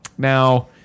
Now